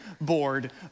bored